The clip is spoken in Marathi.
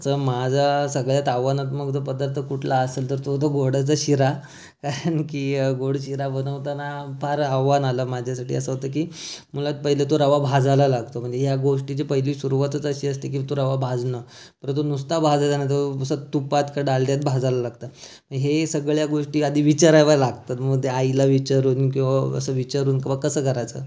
तसं माझा सगळ्यात आव्हानात्मक जर पदार्थ कुठला असंल तर तो होतो गोडाचा शिरा कारण की गोड शिरा बनवताना फार आव्हान आलं माझ्यासाठी असं होतं की मुळात पहिलं तो रवा भाजायला लागतो म्हणजे या गोष्टीची पहिली सुरुवातच अशी असते की तो रवा भाजणं बरं तो नुसता भाजायचा नाही तर नुसत्या तुपात का डालड्यात भाजायला लागतं हे सगळ्या गोष्टी आधी विचाराव्या लागतात मग ते आईला विचारून किंवा असं विचारून की बा कसं करायचं